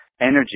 energy